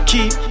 Keep